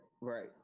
right